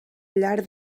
llar